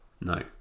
No